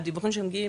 מהדיבורים שמגיעים